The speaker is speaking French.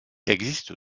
existe